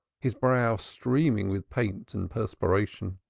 his brow streaming with paint and perspiration.